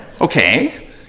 Okay